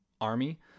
army